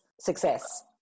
success